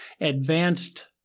advanced